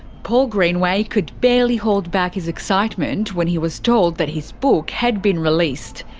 paul greenway could barely hold back his excitement when he was told that his book had been released.